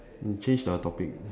mm change the topic